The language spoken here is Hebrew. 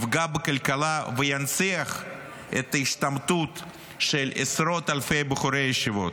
יפגע בכלכלה וינציח את ההשתמטות של עשרות אלפי בחורי ישיבות.